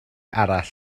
arall